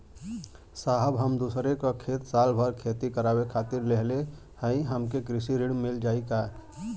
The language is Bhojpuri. साहब हम दूसरे क खेत साल भर खेती करावे खातिर लेहले हई हमके कृषि ऋण मिल जाई का?